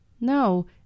No